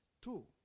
Two